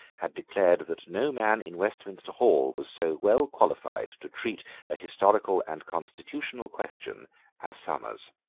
had declared that no man in westminster hall was so well qualified to treat a historical and constitutional question as somers.